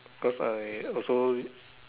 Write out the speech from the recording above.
cause I also